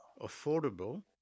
affordable